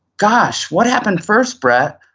gosh, what happened first, brett?